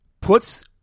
Puts